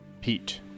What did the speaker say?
Pete